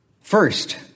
First